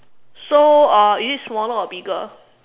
so uh is it smaller or bigger